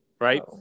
right